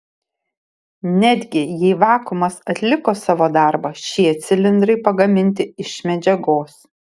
netgi jei vakuumas atliko savo darbą šie cilindrai pagaminti iš medžiagos